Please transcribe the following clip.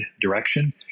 direction